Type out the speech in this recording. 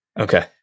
Okay